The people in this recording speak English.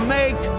make